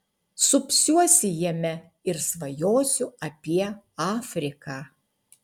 supsiuosi jame ir svajosiu apie afriką